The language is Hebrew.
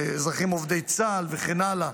אזרחים עובדי צה"ל וכן הלאה,